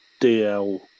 DL